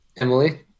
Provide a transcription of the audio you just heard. Emily